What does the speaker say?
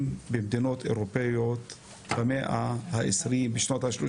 במדינות אירופאיות במאה העשרים בשנות ה-30"